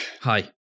hi